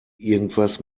irgendwas